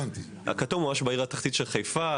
הכתום הוא בעיר התחתית של חיפה,